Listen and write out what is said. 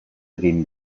egin